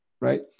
right